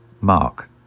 Mark